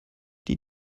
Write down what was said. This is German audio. die